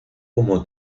como